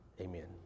Amen